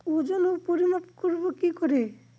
ওজন ও পরিমাপ করব কি করে?